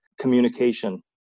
communication